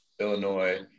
Illinois